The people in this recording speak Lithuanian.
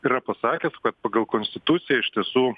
yra pasakęs kad pagal konstituciją iš tiesų